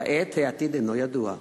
כעת העתיד אינו ידוע.